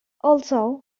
also